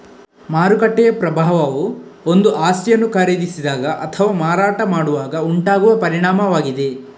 ಮಾರುಕಟ್ಟೆಯ ಪ್ರಭಾವವು ಒಂದು ಆಸ್ತಿಯನ್ನು ಖರೀದಿಸಿದಾಗ ಅಥವಾ ಮಾರಾಟ ಮಾಡುವಾಗ ಉಂಟಾಗುವ ಪರಿಣಾಮವಾಗಿದೆ